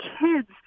kids